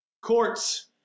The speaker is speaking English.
Courts